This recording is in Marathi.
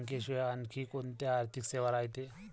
बँकेशिवाय आनखी कोंत्या आर्थिक सेवा रायते?